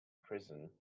prison